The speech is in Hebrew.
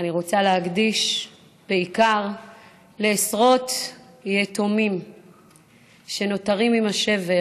אני רוצה להקדיש בעיקר לעשרות יתומים שנותרים עם השבר